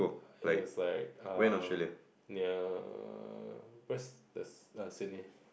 it was like um near west ~est err Sydney